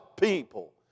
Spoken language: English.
people